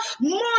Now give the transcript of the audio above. more